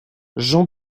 jean